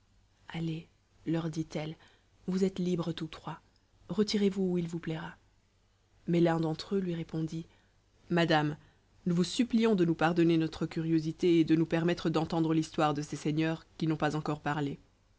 allez leur dit-elle vous êtes libres tous trois retirez-vous où il vous plaira mais l'un d'entre eux lui répondit madame nous vous supplions de nous pardonner notre curiosité et de nous permettre d'entendre l'histoire de ces seigneurs qui n'ont pas encore parlé